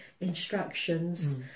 instructions